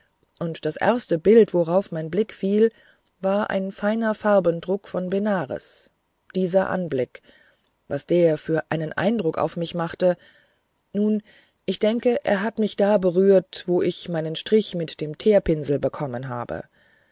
und das erste bild worauf mein blick fiel war ein feiner farbendruck von benares dieser anblick was der für einen eindruck auf mich machte nun ich denke er hat mich da berührt wo ich meinen strich mit dem teerpinselder teerpinsel a